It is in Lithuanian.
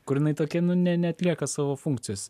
kur jinai tokia nu ne neatlieka savo funkcijos